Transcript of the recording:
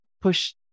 push